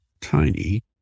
tiny